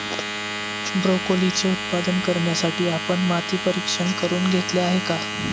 ब्रोकोलीचे उत्पादन करण्यासाठी आपण माती परीक्षण करुन घेतले आहे का?